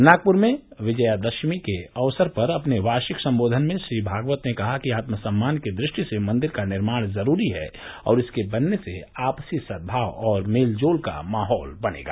नागप्र में विजयदशमी के अवसर पर अपने वार्षिक संबोधन में श्री भागवत ने कहा कि आत्मसम्मान की दु ष्टि से मंदिर का निर्माण जरूरी है और इसके बनने से आपसी सद्भाव और मेलजोल का माहौल बनेगा